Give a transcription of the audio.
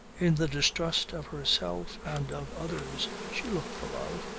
in the distrust of herself and of others she looked for love,